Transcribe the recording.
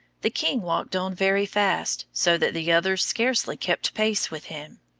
the king walked on very fast, so that the others scarcely kept pace with him.